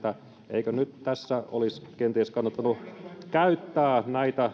eikö nyt tässä olisi kenties kannattanut käyttää